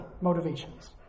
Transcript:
motivations